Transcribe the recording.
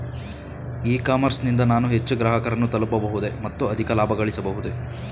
E commerce ನಿಂದ ನಾನು ಹೆಚ್ಚು ಗ್ರಾಹಕರನ್ನು ತಲುಪಬಹುದೇ ಮತ್ತು ಅಧಿಕ ಲಾಭಗಳಿಸಬಹುದೇ?